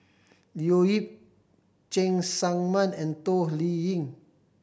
Leo Yip Cheng Tsang Man and Toh Liying